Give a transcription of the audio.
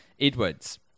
Edwards